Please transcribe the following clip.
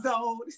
old